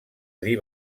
dir